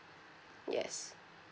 yes